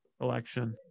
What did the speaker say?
election